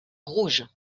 rouge